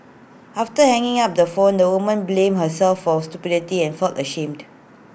after hanging up the phone the woman blamed herself for stupidity and felt ashamed